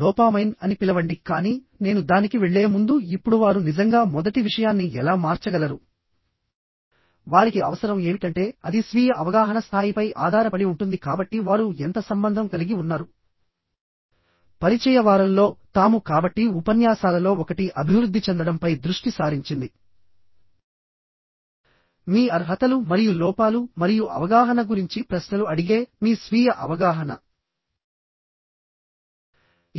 dopamine అని పిలవండి కానీ నేను దానికి వెళ్ళే ముందు ఇప్పుడు వారు నిజంగా మొదటి విషయాన్ని ఎలా మార్చగలరు వారికి అవసరం ఏమిటంటే అది స్వీయ అవగాహన స్థాయిపై ఆధారపడి ఉంటుంది కాబట్టి వారు ఎంత సంబంధం కలిగి ఉన్నారు పరిచయ వారంలో తాము కాబట్టి ఉపన్యాసాలలో ఒకటి అభివృద్ధి చెందడంపై దృష్టి సారించింది మీ అర్హతలు మరియు లోపాలు మరియు అవగాహన గురించి ప్రశ్నలు అడిగే మీ స్వీయ అవగాహన